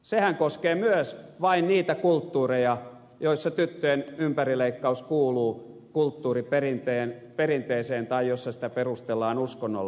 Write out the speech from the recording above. sehän koskee myös vain niitä kulttuureja joissa tyttöjen ympärileikkaus kuuluu kulttuuriperinteeseen tai jossa sitä perustellaan uskonnolla